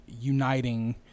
uniting